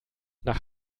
nach